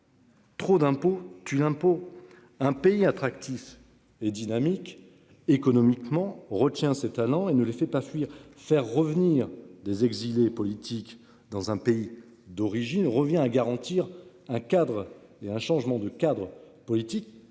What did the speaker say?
Trop d'impôt tue l'impôt. Un pays attractif et dynamique économiquement retient ses talents et ne les fait pas fuir faire revenir des exilés politiques dans un pays d'origine, revient à garantir un cadre et un changement de cadre politique